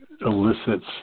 elicits